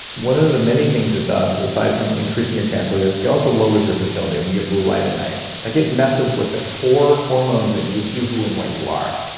one of the many things it does aside from increasing your cancer risk, it also lowers your fertility when you get blue light at night. like it messes with the core hormones that make you who and what you are.